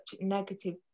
negative